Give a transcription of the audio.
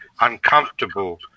uncomfortable